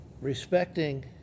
respecting